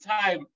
time